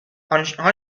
آنها